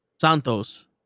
Santos